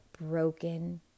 broken